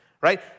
right